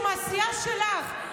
שהוא מהסיעה שלך,